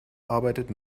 arbeitet